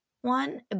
one